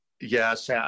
Yes